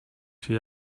cię